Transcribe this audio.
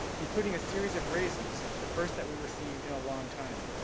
including a series of raises, the first that we received in a long time.